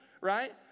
right